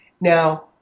Now